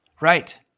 Right